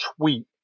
tweet